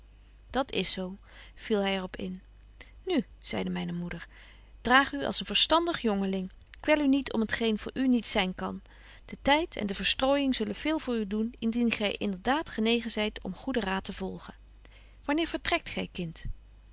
dat is zo viel hy er op in nu zeide myne moeder draag u als een verstandig jongeling kwel u niet om t geen voor u niet zyn kan de tyd en de verstrooijing zullen veel voor u doen indien gy inderdaad genegen zyt om goeden raad te volgen wanneer vertrekt gy kind